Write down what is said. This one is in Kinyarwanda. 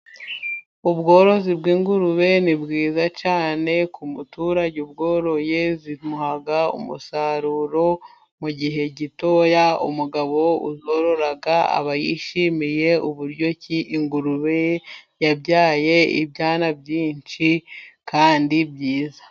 Ubworozi bw'ingurube ni bwiza cyane. Ku muturage uzoroye, zimuha umusaruro mu gihe gitoya. umugabo uzorora aba yishimiye uburyo ingurube yabyaye ibyana byinshi kandi byiza.